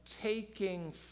taking